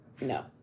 no